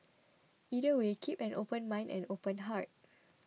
either way keep an open mind and open heart